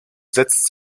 setzt